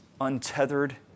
untethered